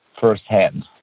firsthand